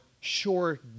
sure